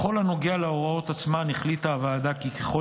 בכל הנוגע להוראות עצמן החליטה הוועדה כי ככל